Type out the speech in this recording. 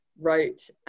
wrote